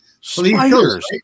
spiders